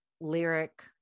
lyric